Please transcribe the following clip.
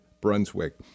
Brunswick